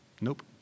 Nope